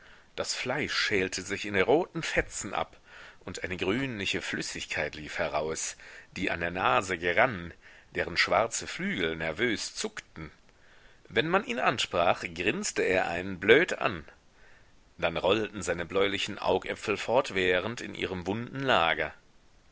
das fleisch schälte sich in roten fetzen ab und eine grünliche flüssigkeit lief heraus die an der nase gerann deren schwarze flügel nervös zuckten wenn man ihn ansprach grinste er einen blöd an dann rollten seine bläulichen augäpfel fortwährend in ihrem wunden lager